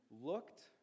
looked